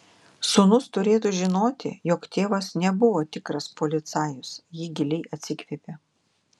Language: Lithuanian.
sūnus turėtų žinoti jog tėvas nebuvo tikras policajus ji giliai atsikvėpė